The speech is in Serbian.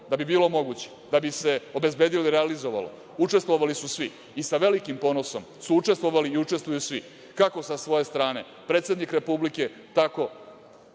da bi sve bilo moguće, da bi se obezbedilo i realizovalo, učestvovali su svi i sa velikim ponosom su učestvovali i učestvuju svi, kako sa svoje strane predsednik Republike, tako